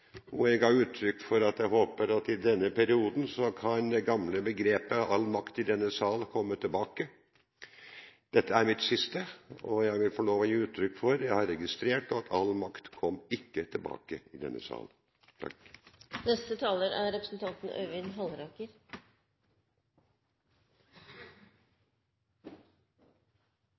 ga jeg uttrykk for at jeg håpet at i denne perioden kunne det gamle begrepet «all makt i denne sal» komme tilbake. Dette er mitt siste innlegg, og jeg vil få lov å gi uttrykk for at jeg har registrert at all makt kom ikke tilbake i denne sal.